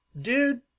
dude